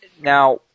Now